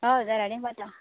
हय घराडें पटा